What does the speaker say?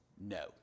No